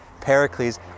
Pericles